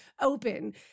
open